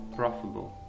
profitable